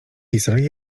pisali